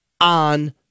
on